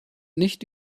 nicht